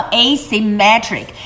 asymmetric